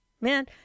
man